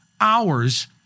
hours-